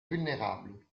vulnérable